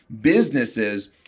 businesses